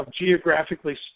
geographically